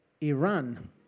Iran